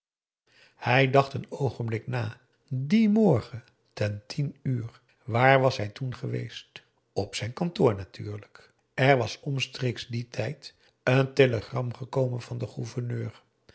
hij dacht een oogenblik na dien morgen ten tien uur waar was hij toen geweest op t kantoor natuurlijk er was omstreeks dien tijd een telegram gekomen van den gouverneur